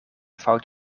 fout